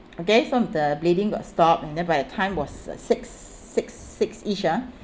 okay so the bleeding got stop and then by the time was six six six ish ah